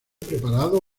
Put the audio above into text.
preparado